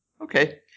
Okay